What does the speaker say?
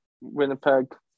Winnipeg